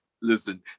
Listen